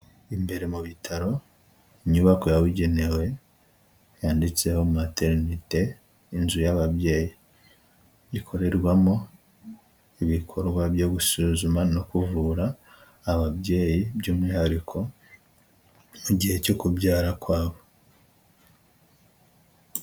Imbere mu bitaro, inyubako yabugenewe yanditseho materinete, inzu y'ababyeyi, ikorerwamo ibikorwa byo gusuzuma no kuvura ababyeyi by'umwihariko mu gihe cyo kubyara kwabo.